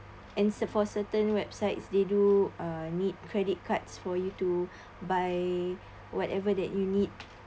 and cer~ for certain websites they do uh need credit cards for you to buy whatever that you need